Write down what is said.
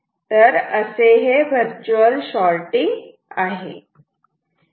तर असे हे वर्च्युअल शॉटिंग आहे